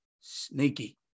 sneaky